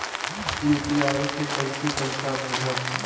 UPI से कईसे पैसा भेजब?